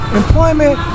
employment